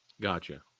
Gotcha